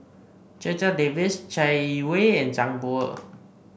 Checha Davies Chai Yee Wei and Zhang Bohe